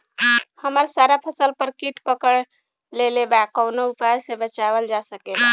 हमर सारा फसल पर कीट पकड़ लेले बा कवनो उपाय से बचावल जा सकेला?